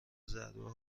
ضربه